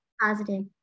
positive